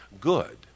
good